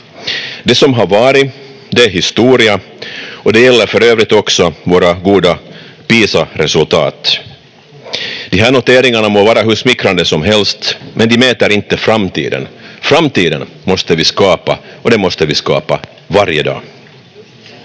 Det som har varit är historia, och det gäller för övrigt också våra goda Pisa-resultat. De här noteringarna må vara hur smickrande som helst, men de mäter inte framtiden. Framtiden måste vi skapa, och den måste vi skapa varje dag.